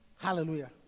Hallelujah